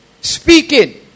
speaking